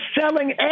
selling